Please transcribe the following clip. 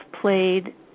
played